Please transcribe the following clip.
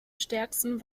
stärksten